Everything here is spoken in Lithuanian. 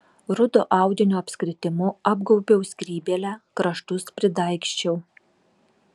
rudo audinio apskritimu apgaubiau skrybėlę kraštus pridaigsčiau